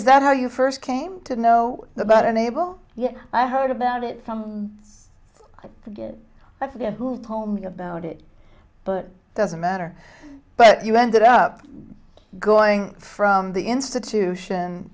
is that how you first came to know about unable yeah i heard about it from i forget i forget who told me about it but it doesn't matter but you ended up going from the institution